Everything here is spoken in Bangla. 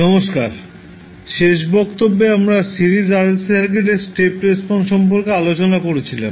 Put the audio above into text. নমস্কার শেষ বক্তব্যে আমরা সিরিজ RLC সার্কিটের স্টেপ রেসপন্স সম্পর্কে আলোচনা করছিলাম